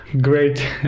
Great